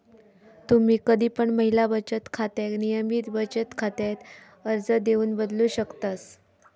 तुम्ही कधी पण महिला बचत खात्याक नियमित बचत खात्यात अर्ज देऊन बदलू शकतास